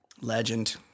Legend